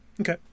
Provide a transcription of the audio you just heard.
okay